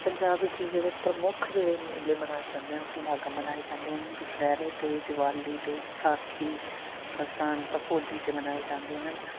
ਪੰਜਾਬ ਵਿਚਲੇ ਜਿਹੜੇ ਪ੍ਰਮੁੱਖ ਜਿਹੜੇ ਮੇਲੇ ਮਨਾਏ ਜਾਂਦੇ ਹਨ ਸਮਾਗਮ ਮਨਾਏ ਜਾਂਦੇ ਹਨ ਦੁਸਹਿਰੇ ਅਤੇ ਦਿਵਾਲੀ ਅਤੇ ਵਿਸਾਖੀ ਬਸੰਤ ਹੋਲੀ 'ਤੇ ਮਨਾਏ ਜਾਂਦੇ ਹਨ